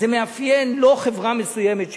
זה מאפיין חברה מסוימת,